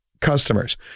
customers